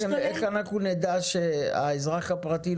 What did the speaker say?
כשאנחנו עכשיו עומדים על כרטיסי האשראי,